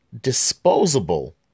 disposable